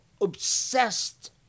obsessed